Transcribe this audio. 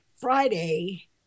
Friday